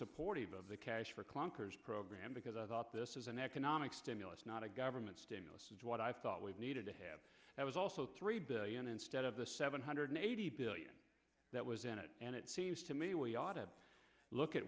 supportive of the cash for clunkers program because i thought this is an economic stimulus not a government stimulus is what i thought we needed to have that was also three billion instead of the seven hundred eighty billion that was in it and it seems to me we ought to look at